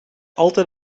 altijd